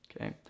okay